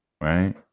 right